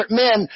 men